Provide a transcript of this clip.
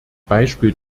beispiel